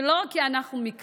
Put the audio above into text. ולא רק כי אנחנו מקלט.